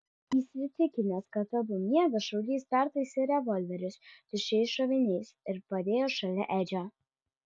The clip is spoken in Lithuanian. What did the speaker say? įsitikinęs kad abu miega šaulys pertaisė revolverius tuščiais šoviniais ir padėjo šalia edžio